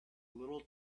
little